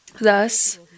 Thus